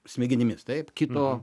smegenimis taip kito